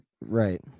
Right